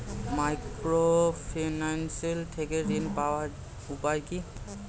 Microfinance থেকে ঋণ পাওয়ার উপায় কি?